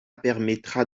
permettra